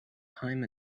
time